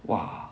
!wah!